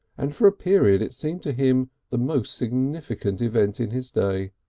and for a period it seemed to him the most significant event in his day.